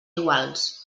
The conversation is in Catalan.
iguals